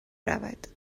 رود